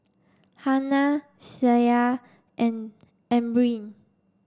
Hana Syah and Amrin